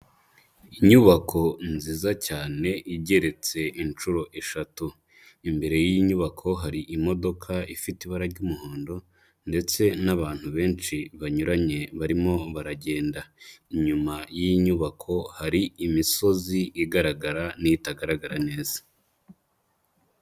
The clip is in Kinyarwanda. Inyubako nziza cyane igeretse inshuro eshatu. Imbere y'iyi nyubako hari imodoka ifite ibara ry'umuhondo ndetse n'abantu benshi banyuranye barimo baragenda. Inyuma y'inyubako hari imisozi igaragara n'itagaragara neza.